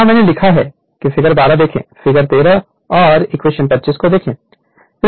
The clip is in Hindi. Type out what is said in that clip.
यहाँ मैंने लिखा है कि फिगर 12 देखें फिगर 13 और इक्वेशन 25 को देखें